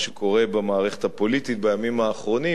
שקורה במערכת הפוליטית בימים האחרונים,